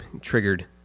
Triggered